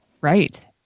right